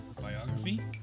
biography